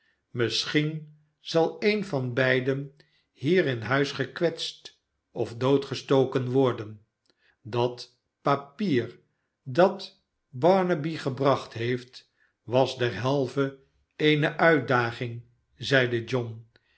misschien zal een van beiden hier in huis gekwetst of doodgestoken worden dat papier dat barnaby gebracht heeft was derhalve eene uitdaging zeide john